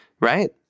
right